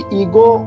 ego